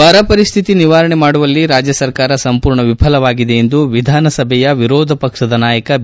ಬರ ಪರಿಸ್ಥಿತಿ ನಿವಾರಣೆ ಮಾಡುವಲ್ಲಿ ರಾಜ್ಯ ಸರ್ಕಾರ ಸಂಪೂರ್ಣ ವಿಫಲವಾಗಿದೆ ಎಂದು ವಿಧಾನಸಭೆಯ ವಿರೋಧ ಪಕ್ಷದ ನಾಯಕ ಬಿ